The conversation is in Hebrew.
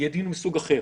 יהיה דיון מסוג אחר,